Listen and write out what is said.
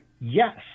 Yes